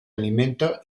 alimento